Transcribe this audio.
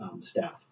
staff